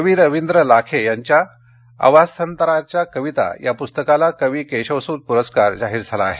कवी रविंद्र लाखे यांच्या अवस्थांतराच्या कविता या पुस्तकाला कवी केशवसुत पुरस्कार जाहीर झाला आहे